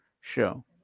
show